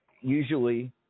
usually